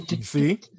see